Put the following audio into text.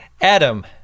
Adam